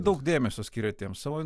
daug dėmesio skiriat tiems savo